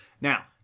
Now